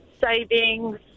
savings